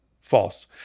False